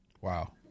Wow